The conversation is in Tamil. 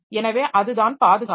எனவே அதுதான் பாதுகாப்பு